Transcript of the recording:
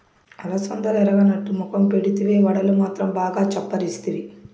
అలసందలెరగనట్టు మొఖం పెడితివే, వడలు మాత్రం బాగా చప్పరిస్తివి